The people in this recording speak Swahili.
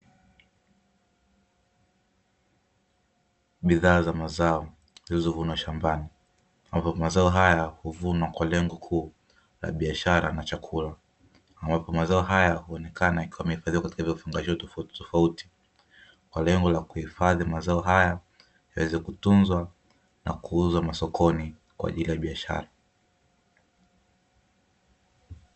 Bidhaa za mazao zilizovunwa shambani ambapo mazao haya uvunwa kwa lengo kuu la biashara na chakula, ambapo mazao haya uonekana yakiwa yameifadhiwa katika vifungashio tofautitofauti kwa lengo la kuifadhi mazao haya yaweze kutunzwa na kuuzwa masokoni kwaajili ya biashara.